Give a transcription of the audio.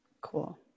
cool